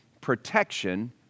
protection